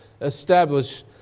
establish